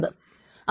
ഇത് ഒരു അപേക്ഷയാണ്